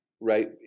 right